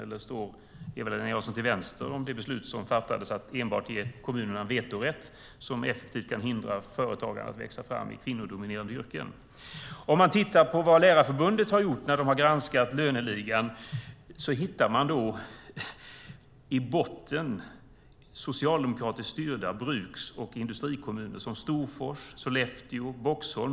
Eller står Eva-Lena Jansson till vänster om det beslut som fattades att enbart ge kommunerna vetorätt, som effektivt kan hindra företagande att växa fram i kvinnodominerade yrken? Om man tittar på vad Lärarförbundet har gjort när de har granskat löneligan hittar man i botten socialdemokratiskt styrda bruks och industrikommuner som Storfors, Sollefteå och Boxholm.